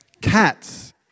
cats